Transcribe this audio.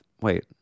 Wait